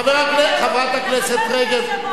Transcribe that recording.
חברת הכנסת רגב,